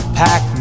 pack